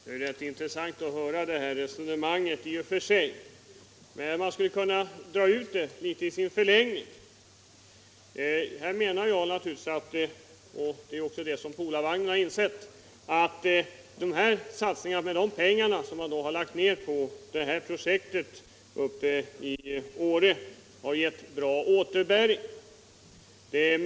Herr talman! Det är intressant att höra det här resonemanget och att dra ut konsekvenserna av det. Jag menar att de pengar Polarvagnen har satsat på projektet i Åre har givit bra utdelning, och det har naturligtvis också företaget insett att de skulle göra.